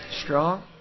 Strong